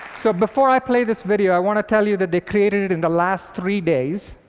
so before i play this video, i want to tell you that they created it in the last three days,